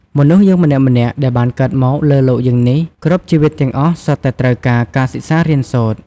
មនុស្សយើងម្នាក់ៗដែលបានកើតមកលើលោកយើងនេះ គ្រប់ជីវិតទាំងអស់សុទ្ធតែត្រូវការ ការសិក្សារៀនសូត្រ។